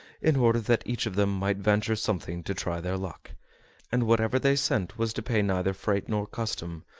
in order that each of them might venture something to try their luck and whatever they sent was to pay neither freight nor custom,